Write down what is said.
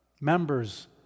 members